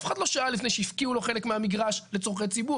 אף אחד לא שאל לפני שהפקיעו לו חלק מהמגרש לצרכי ציבור,